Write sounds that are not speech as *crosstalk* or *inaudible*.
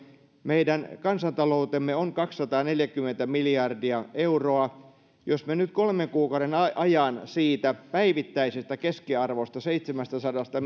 meidän kansantaloutemme on kaksisataaneljäkymmentä miljardia euroa jos me nyt kolmen kuukauden ajan siitä päivittäisestä keskiarvosta seitsemästäsadasta *unintelligible*